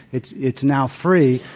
it's it's now free,